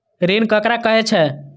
ऋण ककरा कहे छै?